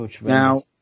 Now